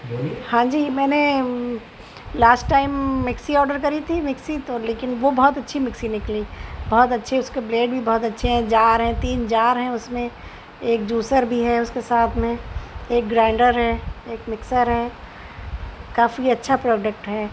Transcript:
ہاں جی میں نے لاسٹ ٹائم مکسی آڈر کری تھی مکسی تو لیکن وہ بہت اچھی مکسی نکلی بہت اچھے اس کے بلیڈ بھی بہت اچھے ہیں جار ہیں تین جار ہیں اس میں ایک جوسر بھی ہے اس کے ساتھ میں ایک گرائنڈر ہے ایک مکسر ہے کافی اچھا پروڈکٹ ہے